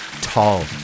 tall